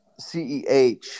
Ceh